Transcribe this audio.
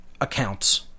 accounts